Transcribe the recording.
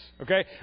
Okay